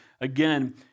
again